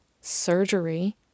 surgery